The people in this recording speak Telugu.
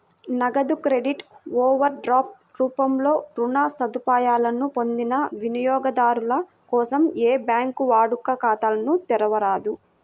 నగదు క్రెడిట్, ఓవర్ డ్రాఫ్ట్ రూపంలో రుణ సదుపాయాలను పొందిన వినియోగదారుల కోసం ఏ బ్యాంకూ వాడుక ఖాతాలను తెరవరాదు